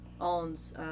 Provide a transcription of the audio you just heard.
owns